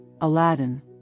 Aladdin